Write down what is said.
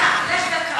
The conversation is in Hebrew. לך דקה.